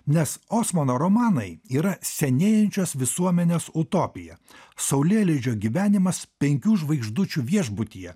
nes osmano romanai yra senėjančios visuomenės utopija saulėlydžio gyvenimas penkių žvaigždučių viešbutyje